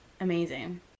amazing